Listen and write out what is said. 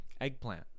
eggplant